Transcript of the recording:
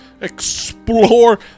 Explore